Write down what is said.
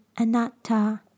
Anatta